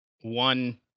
One